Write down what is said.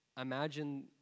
imagine